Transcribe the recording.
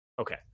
Okay